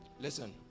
listen